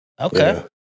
okay